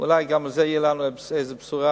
אולי גם בזה תהיה לנו איזה בשורה.